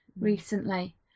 recently